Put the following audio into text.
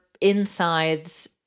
insides